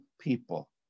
people